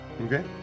Okay